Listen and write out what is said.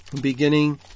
beginning